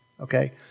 okay